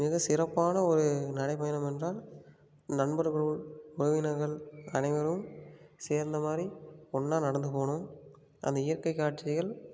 மிக சிறப்பான ஒரு நடைப்பயணம் என்றால் நண்பர்களும் உறவினர்கள் அனைவரும் சேர்ந்தமாதிரி ஒன்றா நடந்து போகணும் அந்த இயற்கைக் காட்சிகள்